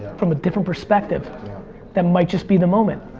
from a different perspective that might just be the moment.